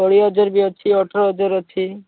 କୋଡ଼ିଏ ହଜାର ବି ଅଛି ଅଠର ହଜାର ଅଛି